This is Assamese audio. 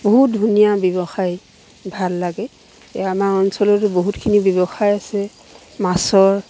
বহুত ধুনীয়া ব্যৱসায় ভাল লাগে এই আমাৰ অঞ্চলতো বহুতখিনি ব্যৱসায় আছে মাছৰ